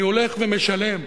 אני הולך ומשלם.